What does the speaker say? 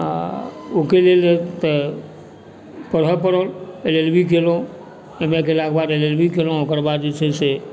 आओर ओकर लेल तऽ पढ़ै पड़ल एल एल बी कयलहुँ एहिमे गेलाक बाद एल एल बी कयलहुँ ओकर बाद जे छै से